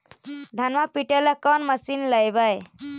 धनमा पिटेला कौन मशीन लैबै?